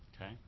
okay